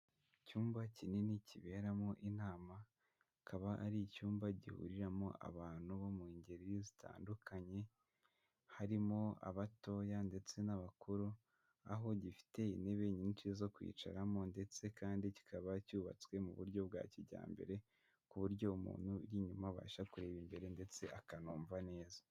Icyumba kinini kiberamo inama. Akaba ari icyumba gihuriramo abantu bo mu ngeri zitandukanye, harimo abatoya ndetse n'abakuru, aho gifite intebe nyinshi zo kwicaramo ndetse kandi kikaba cyubatswe mu buryo bwa kijyambere, ku buryo umuntu uri inyuma abasha kureba imbere ndetse akanumva neza.